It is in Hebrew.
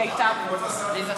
היא הייתה פה.